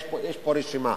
יש פה רשימה.